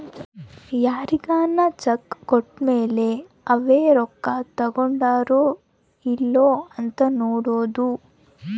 ಯಾರ್ಗನ ಚೆಕ್ ಕೋಟ್ಮೇಲೇ ಅವೆ ರೊಕ್ಕ ತಕ್ಕೊಂಡಾರೊ ಇಲ್ಲೊ ಅಂತ ನೋಡೋದು